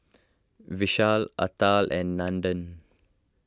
Vishal Atal and Nandan